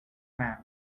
man